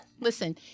Listen